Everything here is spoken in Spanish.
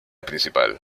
principal